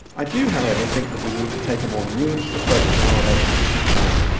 i do however think that we need to take a more nuanced approach to our relationship with china.